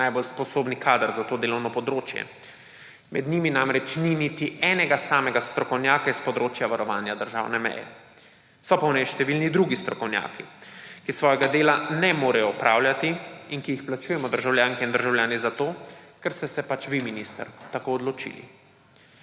najbolj sposoben kader za to delovno področje. Med njimi namreč ni niti enega samega strokovnjaka iz področja varovanja državne meje. So pa v njej številni drugi strokovnjaki, ki svojega dela ne morejo opravljati in ki jih plačujemo državljanke in državljani zato, ker ste se pač vi, minister, tako odločili.